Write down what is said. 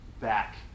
back